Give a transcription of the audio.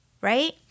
right